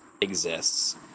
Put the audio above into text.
exists